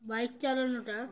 bike চালানো টা